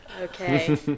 Okay